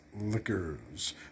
Liquors